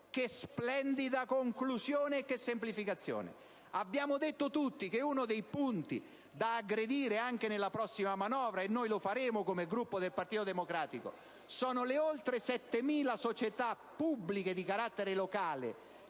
che splendida conclusione, e che semplificazione! Abbiamo detto tutti che uno dei punti da aggredire anche nella prossima manovra - noi lo faremo come Gruppo del Partito Democratico - sono le oltre 7.000 società pubbliche di carattere locale,